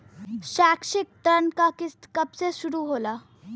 शैक्षिक ऋण क किस्त कब से शुरू होला?